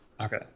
Okay